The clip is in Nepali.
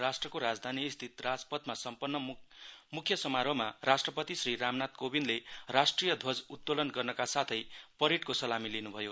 राष्ट्रको राजधानीस्थित राजपथमा सम्पन्न मुख्य समारोहमा राष्ट्रपति श्री रामनाथ कोविन्दले राष्ट्रिय ध्वज उत्तलोन गर्नका साथै परेडको सलामी लिनुभयो